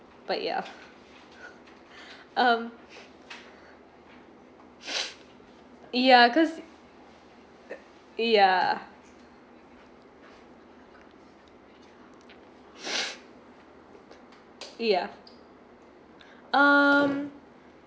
but ya um yeah cause yeah ya um